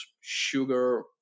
sugar